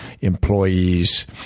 employees